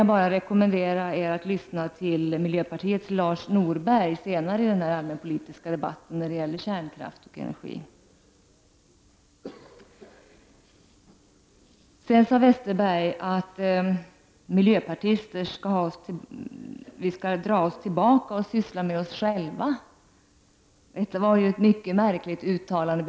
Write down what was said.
Jag rekommenderar er att lyssna på miljöpartiets Lars Norberg senare i denna allmänpolitiska debatt då kärnkraftsoch energifrågorna debatteras. Westerberg sade att miljöpartister skall dra sig tillbaka och syssla med sig själva. Detta var ett mycket märkligt uttalande.